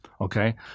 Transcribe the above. okay